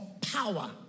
power